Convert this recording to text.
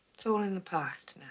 it's all in the past